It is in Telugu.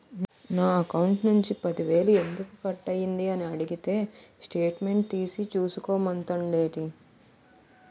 నా అకౌంట్ నుంచి పది వేలు ఎందుకు కట్ అయ్యింది అని అడిగితే స్టేట్మెంట్ తీసే చూసుకో మంతండేటి